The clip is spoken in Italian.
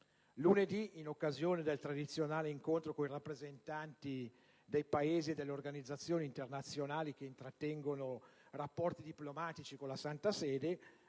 scorso, in occasione del tradizionale incontro con i rappresentanti dei Paesi e delle organizzazioni internazionali che intrattengono rapporti diplomatici con la Santa Sede,